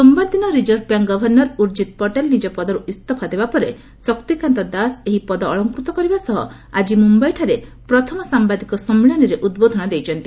ସୋମବାର ଦିନ reserve bank governor Urjit Patel ନିଜ ପଦରୁ ଇସ୍ତଫା ଦେବା ପରେ ଶକ୍ତିକାନ୍ତ ଦାସ ଏହି ପଦ ଅଳଙ୍କୃତ କରିବା ସହ ଆଜି ମୁମ୍ୟାଇଠାରେ ପ୍ରଥମ ସାମ୍ବାଦିକ ସମ୍ମିଳନୀରେ ଉଦ୍ବୋଧନ ଦେଇଛନ୍ତି